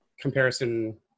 comparison